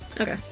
okay